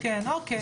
כן, אוקיי.